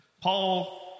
Paul